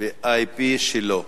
ב-IP שלו,